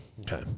Okay